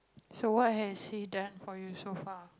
so what has he done for you so far